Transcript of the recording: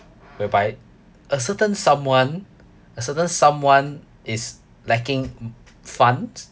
whereby a certain someone a certain someone is lacking funds